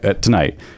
tonight